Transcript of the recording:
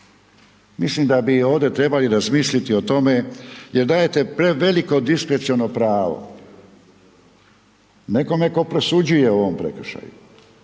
Mislim da bi ovdje trebali razmisliti o tome, jer dajete preveliko diskrecijalno pravo, nekome tko presuđuje o ovom prekršaju.